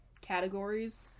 categories